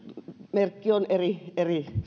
merkki on eri